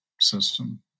system